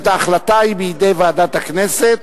זאת אומרת: ההחלטה היא בידי ועדת הכנסת,